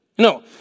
No